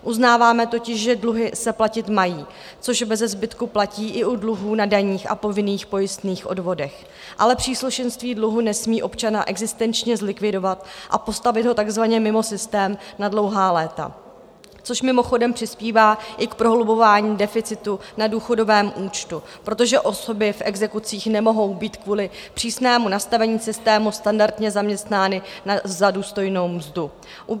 Uznáváme totiž, že dluhy se platit mají, což beze zbytku platí i u dluhů na daních a povinných pojistných odvodech, ale příslušenství dluhu nesmí občana existenčně zlikvidovat a postavit ho takzvaně mimo systém na dlouhá léta, což mimochodem přispívá i k prohlubování deficitu na důchodovém účtu, protože osoby v exekucích nemohou být kvůli přísnému nastavení systému standardně zaměstnány za důstojnou mzdu.